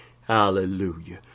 Hallelujah